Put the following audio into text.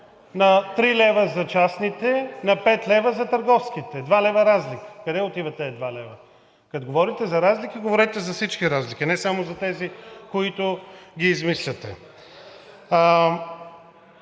на три лева за частните, на пет лева за търговските. Два лева разлика! Къде отиват тези два лева? Като говорите за разлики, говорете за всички разлики, а не само за тези, които измисляте.